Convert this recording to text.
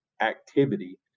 activity